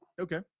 okay